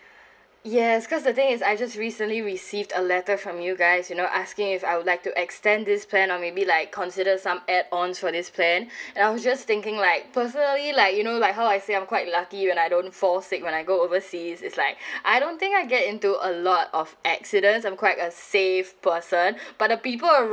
yes because the thing is I just recently received a letter from you guys you know asking if I would like to extend this plan or maybe like consider some add ons for this plan and I was just thinking like personally like you know like how I say quite lucky and I don't fall sick when I go overseas it's like I don't think I get into a lot of accidents I'm quite a safe person but a people